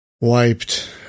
wiped